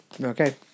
okay